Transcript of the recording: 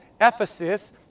Ephesus